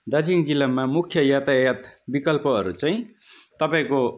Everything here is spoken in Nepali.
दार्जिलिङ जिल्लामा मुख्य यातायात विकल्पहरू चाहिँ तपाईँको